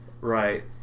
Right